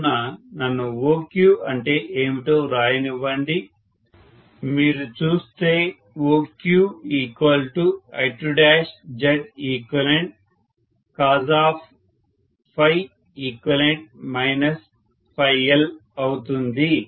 కావున నన్ను OQ అంటే ఏమిటో వ్రాయనివ్వండి మీరు చూస్తే OQI2Zeqcos అవుతుంది